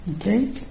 Okay